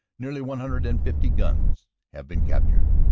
nearly one hundred and fifty guns have been captured,